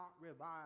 revive